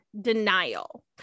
denial